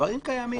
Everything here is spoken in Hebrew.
הדברים קיימים.